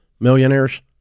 millionaires